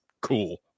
cool